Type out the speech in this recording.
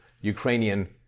Ukrainian